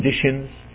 conditions